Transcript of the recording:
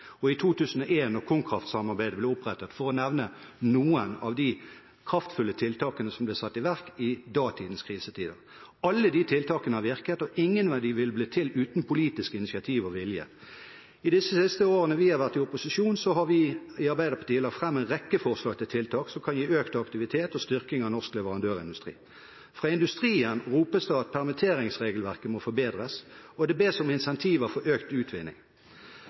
og i 2001, da KonKraft-samarbeidet ble opprettet – for å nevne noen av de kraftfulle tiltakene som ble satt i verk i datidens krisetider. Alle disse tiltakene har virket, og ingen av dem ville blitt til uten politisk initiativ og vilje. I disse siste årene vi har vært i opposisjon, har vi i Arbeiderpartiet lagt fram en rekke forslag til tiltak som kan gi økt aktivitet og styrking av norsk leverandørindustri. Fra industrien ropes det at permitteringsregelverket må forbedres, og det bes om incentiver for økt utvinning.